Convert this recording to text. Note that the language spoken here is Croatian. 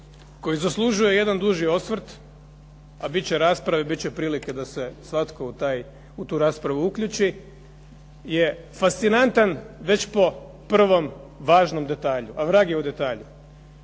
koji zaslužuje jedan duži osvrt, a bit će rasprave, bit će prilike da se svatko u tu raspravu uključi je fascinantan već po prvom važnom detalju, a vrag je u detalju.